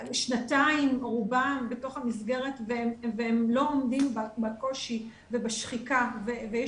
שנתיים רובם בתוך המסגרת והם לא עומדים בקושי ובשחיקה ויש תחלופה.